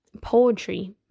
poetry